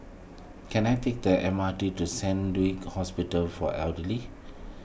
can I take the M R T to Saint Luke's Hospital for Elderly